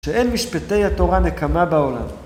שאין משפטי התורה נקמה בעולם.